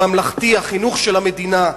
החינוך של המדינה,